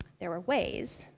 there were ways.